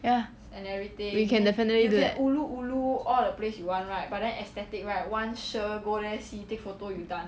ya you can definitely do that